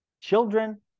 children